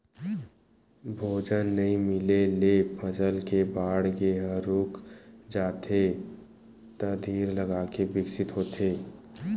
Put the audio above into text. भोजन नइ मिले ले फसल के बाड़गे ह रूक जाथे त धीर लगाके बिकसित होथे